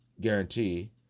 guarantee